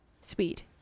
Sweet